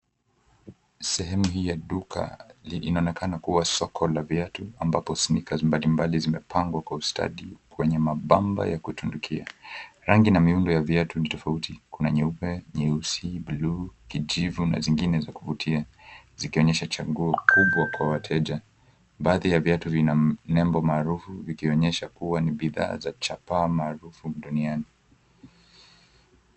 Sehemu hii ya duka inaonekana kuwa soko la viatu, ambapo sneakers mbalimbali zimepangwa kwa ustadi kwenye mabamba ya kutundukia. Rangi na miundo ya viatu ni tofauti kuna nyeupe, nyeusi, bluu, kijivu na zingine za kuvutia, zikionyesha chaguo kubwa kwa wateja. Baadhi ya viatu vina nembo maarufu, vikionyesha kuwa ni bidhaa za chapa maalum duniani.